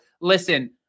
listen